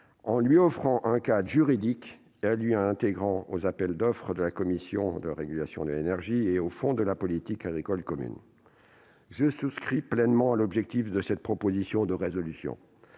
en lui offrant un cadre juridique et en l'intégrant aux appels d'offres de la Commission de régulation de l'énergie et aux fonds de la politique agricole commune. Je souscris pleinement à l'objectif de cette proposition de résolution.